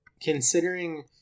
considering